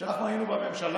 כשאנחנו היינו בממשלה,